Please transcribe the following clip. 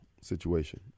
situation